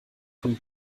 von